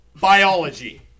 Biology